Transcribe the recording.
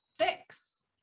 Six